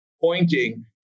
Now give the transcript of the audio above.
pointing